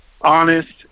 honest